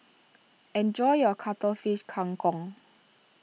enjoy your Cuttlefish Kang Kong